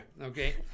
Okay